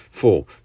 four